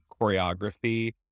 choreography